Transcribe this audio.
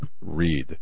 read